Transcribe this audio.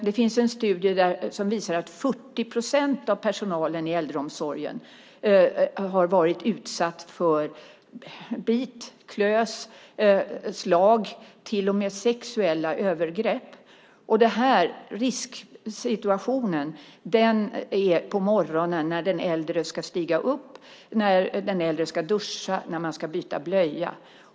Det finns en studie som visar att 40 procent av personalen i äldreomsorgen har blivit bitna, klösta och slagna och till och med utsatta för sexuella övergrepp. Risksituationen är på morgonen när den äldre ska stiga upp och duscha och när man ska byta blöja.